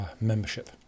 membership